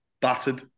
battered